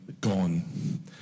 gone